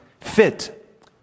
fit